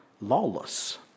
lawless